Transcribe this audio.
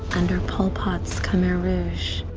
under pol pot's khmer rouge,